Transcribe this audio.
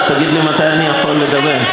אז תגיד לי מתי אני יכול לדבר.